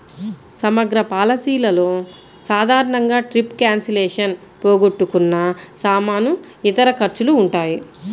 సమగ్ర పాలసీలలో సాధారణంగా ట్రిప్ క్యాన్సిలేషన్, పోగొట్టుకున్న సామాను, ఇతర ఖర్చులు ఉంటాయి